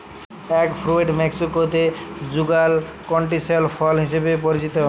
egg fruit মেক্সিকোতে যুগাল ক্যান্টিসেল ফল হিসেবে পরিচিত